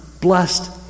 blessed